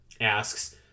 asks